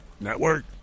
network